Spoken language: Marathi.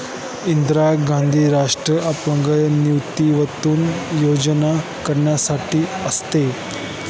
इंदिरा गांधी राष्ट्रीय अपंग निवृत्तीवेतन योजना कोणासाठी असते?